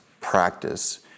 practice